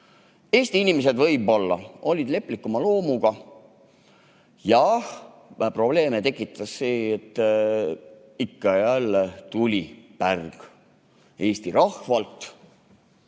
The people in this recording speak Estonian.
inimesed võib-olla olid leplikuma loomuga. Jah, probleeme tekitas see, et ikka ja jälle tuli pärg Eesti rahvalt.